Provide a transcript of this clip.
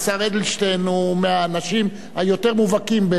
השר אדלשטיין הוא מהאנשים היותר מובהקים,